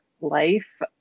life